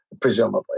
presumably